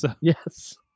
Yes